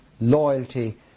loyalty